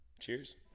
Cheers